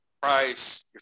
price